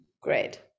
Great